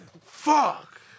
Fuck